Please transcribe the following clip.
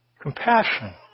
Compassion